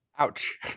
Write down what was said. Ouch